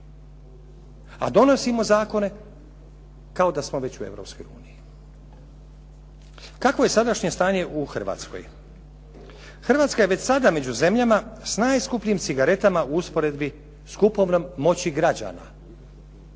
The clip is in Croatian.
a donosimo zakone kao da smo već u Europskoj uniji. Kakvo je sadašnje stanje u Hrvatskoj? hrvatska je već sada među zemljama s najskupljim cigaretama u usporedbi s kupovnom moći građana.